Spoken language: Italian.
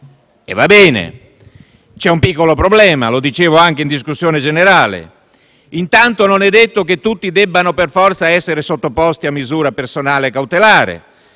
Va bene, ma c'è un piccolo problema, come ho detto anche in discussione generale: intanto non è detto che tutti debbano per forza essere sottoposti a misura cautelare